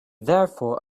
therefore